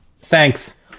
thanks